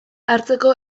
hartzeko